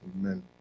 Amen